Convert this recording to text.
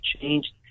change